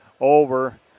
over